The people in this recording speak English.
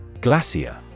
Glacier